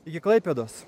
iki klaipėdos